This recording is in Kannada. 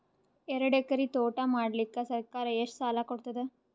ಎರಡು ಎಕರಿ ತೋಟ ಮಾಡಲಿಕ್ಕ ಸರ್ಕಾರ ಎಷ್ಟ ಸಾಲ ಕೊಡತದ?